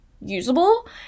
usable